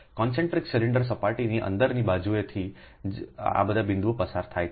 concentric cylinder સપાટીની અંદરની બાજુએથી જે આ બિંદુઓથી પસાર થાય છે